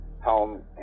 home